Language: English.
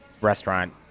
restaurant